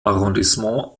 arrondissement